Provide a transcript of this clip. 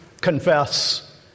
confess